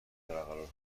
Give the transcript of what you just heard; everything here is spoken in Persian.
برقرار